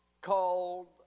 called